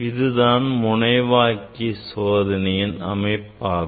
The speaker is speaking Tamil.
இதுதான் முனைவாக்கி சோதனையின் அமைப்பாகும்